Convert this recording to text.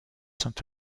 sont